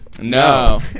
No